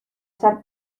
ser